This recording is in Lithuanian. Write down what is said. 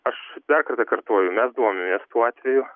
aš dar kartą kartoju mes domimės tuo atveju